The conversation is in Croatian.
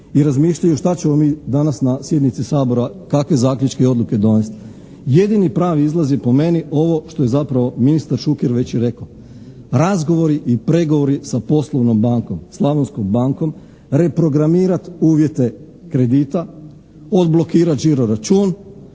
i razmišljaju što ćemo mi danas na sjednici Sabora, kakve zaključke i odluke donesti. Jedini pravi izlaz je po meni ovo što je zapravo ministar Šuker već rekao. Razgovori i pregovori sa poslovnom bankom, Slavonskom bankom, reprogramirati uvjete kredita, odblokirati žiro račun.